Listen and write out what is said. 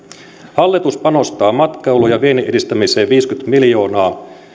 hallitus panostaa matkailuun ja viennin edistämiseen viisikymmentä miljoonaa